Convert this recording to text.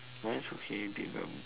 once okay did um